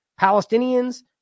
Palestinians